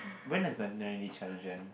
when does the ninety challenge end